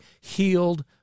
healed